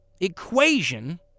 equation